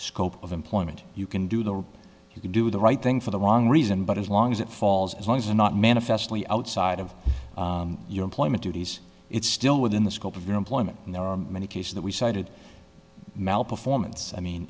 scope of employment you can do the you can do the right thing for the wrong reason but as long as it falls as long as or not manifestly outside of your employment duties it's still within the scope of your employment and there are many cases that we cited mal performance i mean